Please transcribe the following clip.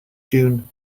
june